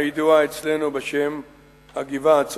הידועה אצלנו בשם הגבעה-הצרפתית.